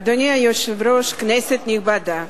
אדוני היושב-ראש, כנסת נכבדה,